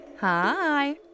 Hi